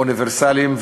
אוניברסליים,